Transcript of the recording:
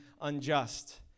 unjust